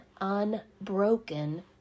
unbroken